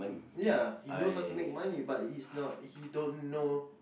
ya he knows how to make money but he's not he don't know